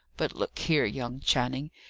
but look here, young channing,